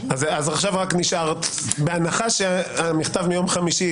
בהנחה שהמכתב מיום חמישי,